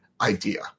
idea